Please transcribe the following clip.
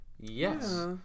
Yes